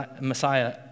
Messiah